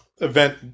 event